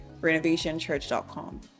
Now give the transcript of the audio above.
renovationchurch.com